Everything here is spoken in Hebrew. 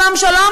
שלום שלום,